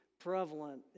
prevalent